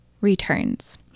returns